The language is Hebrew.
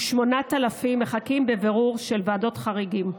ו-8,000 מחכים לבירור של ועדות חריגים.